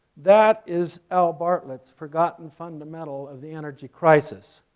that is al bartlett's forgotten fundamental of the energy crisis,